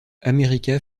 america